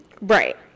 Right